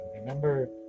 Remember